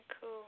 cool